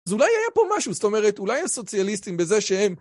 זה אולי היה פה משהו, זאת אומרת אולי הסוציאליסטים בזה שהם...